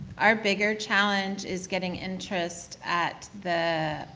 our bigger challenge is getting interest at the